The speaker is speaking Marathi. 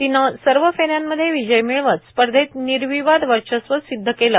तिने सर्व फेऱ्यांमध्ये विजय मिळवत स्पर्धेत निर्विवाद वर्चस्व सिद्ध केले